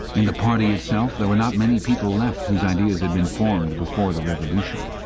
in the party itself there were not many people left whose ideas had been formed before the revolution.